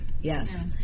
Yes